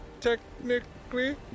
technically